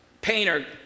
painter